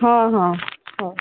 ହଁ ହଁ ହଉ